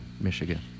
Michigan